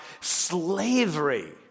slavery